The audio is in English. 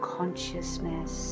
consciousness